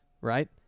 right